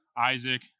Isaac